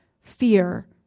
fear